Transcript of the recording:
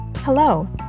Hello